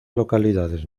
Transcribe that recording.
localidades